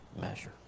measure